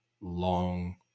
long